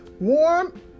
warm